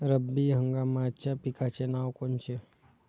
रब्बी हंगामाच्या पिकाचे नावं कोनचे?